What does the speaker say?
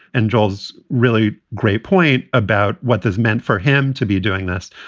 and joel's really great point about what this meant for him to be doing this.